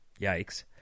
Yikes